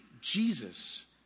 Jesus